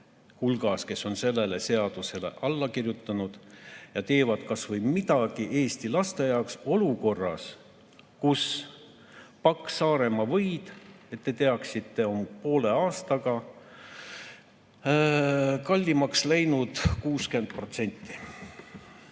hulgas, kes on sellele seadusele alla kirjutanud ja teevad kas või midagi Eesti laste jaoks olukorras, kus pakk Saaremaa võid, et te teaksite, on poole aastaga kallimaks läinud 60%.